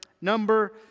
number